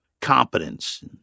Competence